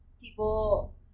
people